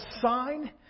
sign